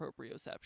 proprioception